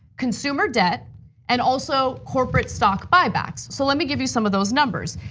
consumer debt and also corporate stock buybacks. so let me give you some of those numbers.